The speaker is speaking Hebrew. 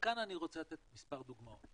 וכאן אני רוצה לתת מספר דוגמאות.